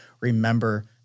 remember